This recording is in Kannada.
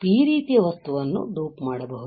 ನಾವು P ರೀತಿಯ ವಸ್ತುವನ್ನು ಡೋಪ್ ಮಾಡಬಹುದು